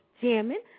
jamming